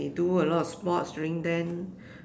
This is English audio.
they do a lot of sports during then